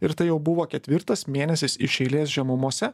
ir tai jau buvo ketvirtas mėnesis iš eilės žemumose